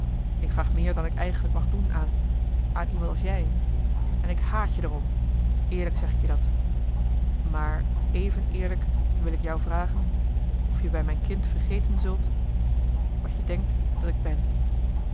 ik vraag meer dan ik eigenlijk mag doen aan aan iemand als jij en ik haat je er om eerlijk zeg ik je dat maar even eerlijk wil ik jou vragen of je bij mijn kind vergeten zult wat je denkt dat ik ben